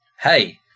Hey